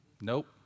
Nope